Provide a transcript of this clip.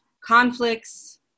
conflicts